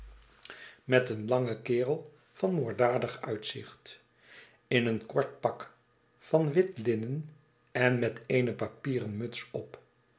langen kerel van moorddadig uitzicht in een kort pak van wit linnen en met eerie papieren mats op